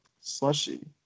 slushy